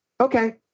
okay